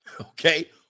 okay